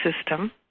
system